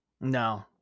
No